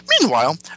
Meanwhile